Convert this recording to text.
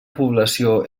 població